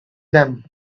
them